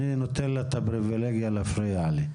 אני נותן לה את הפריבילגיה להפריע לי,